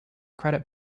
credit